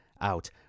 out